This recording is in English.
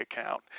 account